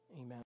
Amen